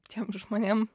tiem žmonėm